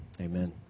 Amen